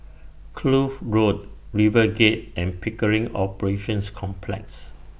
Kloof Road RiverGate and Pickering Operations Complex